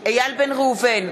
איל בן ראובן,